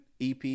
EP